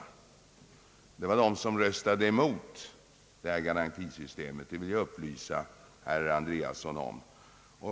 Det fanns de som röstade emot garantisystemet. De var inte så få.